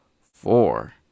four